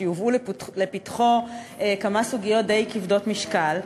שיובאו לפתחו כמה סוגיות די כבדות משקל,